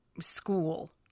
school